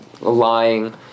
lying